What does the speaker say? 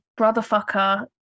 brotherfucker